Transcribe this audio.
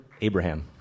Abraham